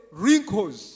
wrinkles